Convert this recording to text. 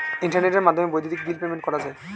ইন্টারনেটের মাধ্যমে বৈদ্যুতিক বিল পেমেন্ট করা যায়